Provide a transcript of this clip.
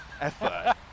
effort